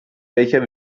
welcher